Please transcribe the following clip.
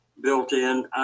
built-in